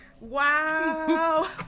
Wow